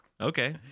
Okay